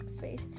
face